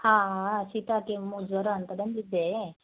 ಹಾಂ ಹಾಂ ಸೀತ ಕೆಮ್ಮು ಜ್ವರ ಅಂತ ಬಂದಿದ್ದೆ